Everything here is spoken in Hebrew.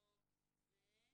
סעיפם (א)